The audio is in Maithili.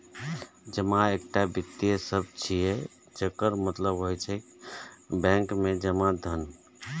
जमा एकटा वित्तीय शब्द छियै, जकर मतलब होइ छै बैंक मे जमा धन